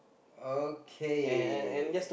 okay